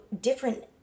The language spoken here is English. different